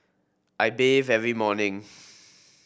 I bathe every morning